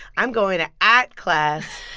i'm going to at class.